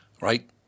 Right